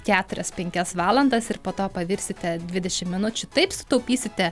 keturias penkias valandas ir po to pavirsite dvidešim minučių taip sutaupysite